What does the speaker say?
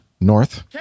North